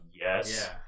yes